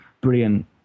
brilliant